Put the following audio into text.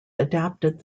adapted